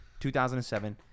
2007